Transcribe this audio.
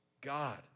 God